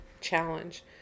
challenge